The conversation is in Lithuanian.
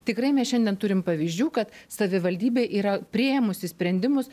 tikrai mes šiandien turim pavyzdžių kad savivaldybė yra priėmusi sprendimus